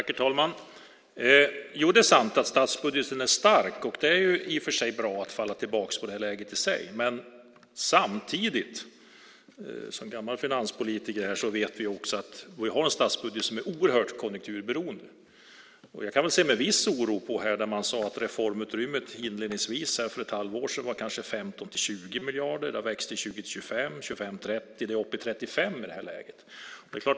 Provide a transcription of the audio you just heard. Herr talman! Det är sant att statsbudgeten är stark, och det är det i och för sig bra att falla tillbaka på. Men samtidigt vet vi som gamla finanspolitiker att vi har en statsbudget som är oerhört konjunkturberoende. Jag kan se med viss oro på att man inledningsvis sade att reformutrymmet för ett halvår sedan kanske var 15-20 miljarder, sedan har det vuxit till 20-25 miljarder, och i det här läget är det uppe i 35 miljarder.